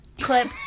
clip